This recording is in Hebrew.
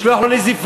לשלוח לו נזיפה.